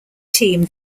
team